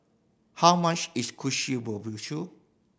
how much is Kushikatsu